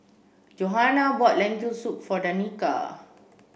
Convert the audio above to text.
Johanna bought Lentil soup for Danika